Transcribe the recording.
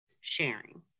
sharing